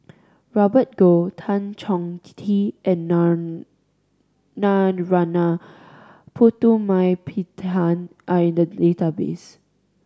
Robert Goh Tan Chong Tee and Narana Putumaippittan are in the database